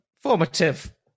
Formative